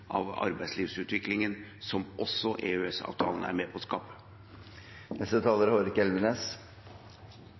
av arbeidslivsutviklingen som også EØS-avtalen er med på